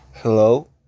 Hello